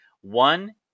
one